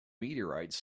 meteorites